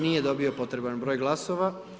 Nije dobio potreban broj glasova.